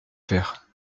faire